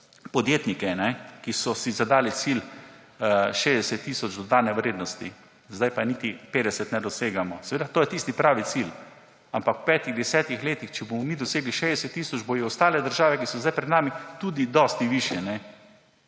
podjetnike, ki so si zadali cilj 60 tisoč dodane vrednosti, zdaj pa je niti 50 ne dosegamo. Seveda to je tisti pravi cilj, ampak v petih, desetih letih, če bomo mi dosegli 60 tisoč, bodo ostale države, ki so zdaj pred nami, tudi dosti višje.